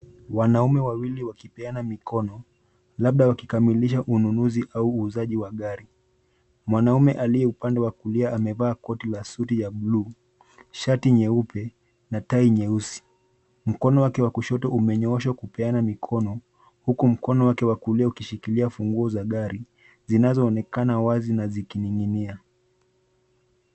Wanaume wawili wakipeana mikono labada wakikamilisha ununuzi au uuzaji wa gari. Mwanaume aliye upande wa kulia amevaa koti la suti ya bluu, shati nyeupe na tai nyeusi. Mkono wake wa kushoto umenyooshwa kupeana mikono huku mkono wake wakulia ukishikilia funguo za gari zinazoonekana wazi na zikining'inia.